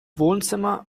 wohnzimmer